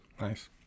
Nice